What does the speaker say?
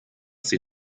sie